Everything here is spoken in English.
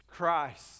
Christ